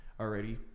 Already